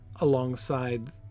alongside